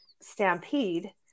stampede